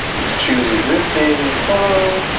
let's choose existing photo.